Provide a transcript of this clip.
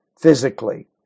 physically